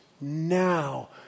now